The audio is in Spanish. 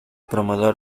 promotor